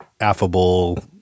affable